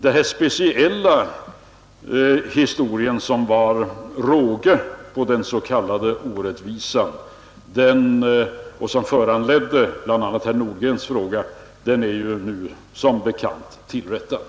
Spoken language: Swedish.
Det speciella missförhållande som blev råge på den s.k. orättvisan och som föranledde bl.a. herr Nordgrens fråga är ju nu som bekant tillrättalagt.